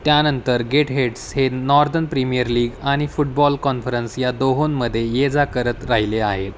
त्यानंतर Gateshead हे northern premier league आणि फुटबॉल कॉन्फरन्स या दोहोंमध्ये येजा करत राहिले आहे